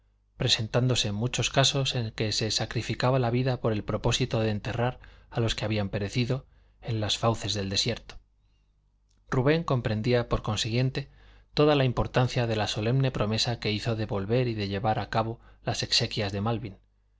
presentándose muchos casos en que se sacrificaba la vida por el propósito de enterrar a los que habían perecido en las fauces del desierto rubén comprendía por consiguiente toda la importancia de la solemne promesa que hizo de volver y de llevar a cabo las exequias de malvin